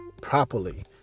properly